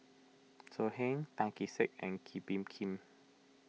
So Heng Tan Kee Sek and Kee Bee Khim